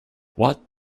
what